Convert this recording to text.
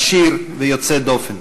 עשיר ויוצא דופן.